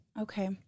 Okay